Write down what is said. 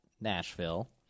Nashville